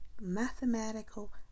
mathematical